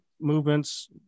movements